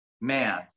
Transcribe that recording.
man